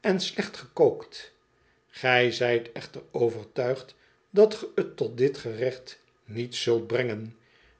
en slecht gekookt ge zijt echter overtuigd dat ge t tot dit gerecht niet zult brengen